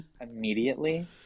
immediately